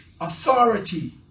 Authority